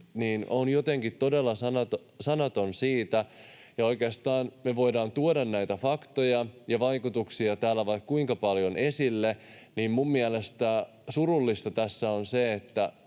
eriarvoistavasta ajattelusta. Oikeastaan me voimme tuoda näitä faktoja ja vaikutuksia täällä vaikka kuinka paljon esille, ja minun mielestäni surullista tässä on se,